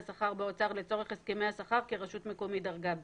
השכר באוצר לצורך הסכמי השכר כרשות מקומית דרגה ב'.